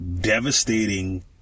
devastating